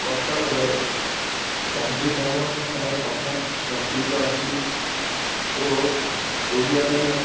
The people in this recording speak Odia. କଟକରେ ଚାନ୍ଦି କାମ ପାଇଁ କଟକ ପ୍ରସିଦ୍ଧ ଅଛି ଓ ଓଡ଼ିଆମାନେ